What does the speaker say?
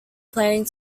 planning